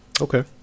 Okay